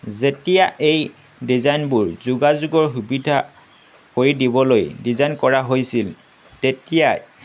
যেতিয়া এই ডিজাইনবোৰ যোগাযোগৰ সুবিধা কৰি দিবলৈ ডিজাইন কৰা হৈছিল তেতিয়াই